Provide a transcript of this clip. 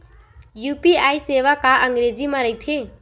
UPI सेवा का अंग्रेजी मा रहीथे?